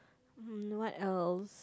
hmm what else